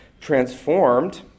transformed